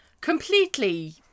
completely